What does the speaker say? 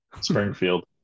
Springfield